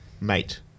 Mate